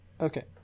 Okay